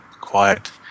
quiet